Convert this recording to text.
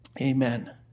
Amen